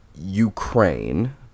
ukraine